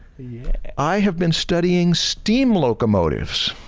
i have been studying steam locomotives.